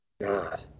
God